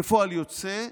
כפועל יוצא,